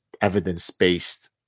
evidence-based